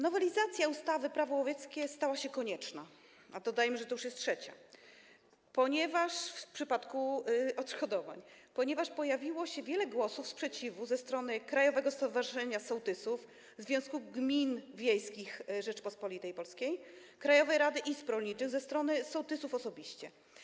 Nowelizacja ustawy Prawo łowieckie stała się konieczna - dodajmy, że to już trzecia w przypadku odszkodowań - ponieważ pojawiło się wiele głosów sprzeciwu ze strony Krajowego Stowarzyszenia Sołtysów, Związku Gmin Wiejskich Rzeczypospolitej Polskiej i Krajowej Rady Izb Rolniczych i ze strony sołtysów osobiście.